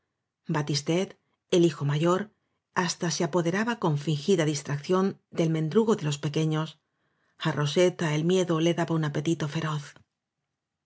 batistet el hijo mayor hasta se apoderaba con fingida distrac ción del mendrugo de los pequeños a roseta el mied'o le daba un apetito feroz